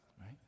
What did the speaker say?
right